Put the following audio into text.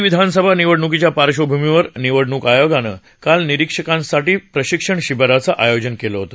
दिल्ली विधानसभा निवडणुकीच्या पार्क्षभूमीवर निवडणूक आयोगानं काल निरीक्षकांसाठी प्रशिक्षण शिविराच आयोजन केलं होत